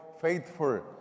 faithful